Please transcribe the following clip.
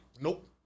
Nope